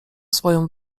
swoją